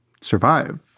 survive